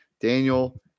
Daniel